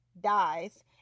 dies